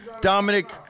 Dominic